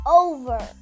over